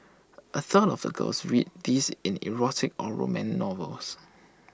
A third of the girls read these in erotic or romance novels